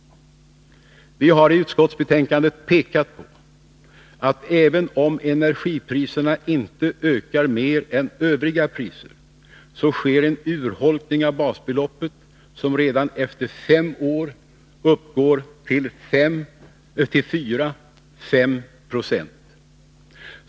Vi har i utskottsbetänkandet pekat på att även om energipriserna inte ökar mer än Övriga priser, sker det en urholkning av basbeloppet som redan efter fem år uppgår till 4-5 26.